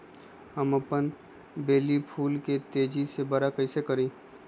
हम अपन बेली फुल के तेज़ी से बरा कईसे करी?